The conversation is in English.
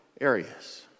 areas